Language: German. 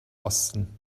osten